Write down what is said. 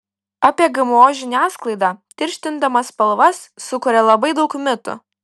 apie gmo žiniasklaida tirštindama spalvas sukuria labai daug mitų